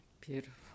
Beautiful